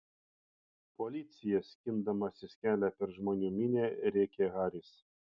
policija skindamasis kelią per žmonių minią rėkė haris